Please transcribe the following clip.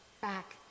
back